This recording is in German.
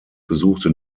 besuchte